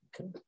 Okay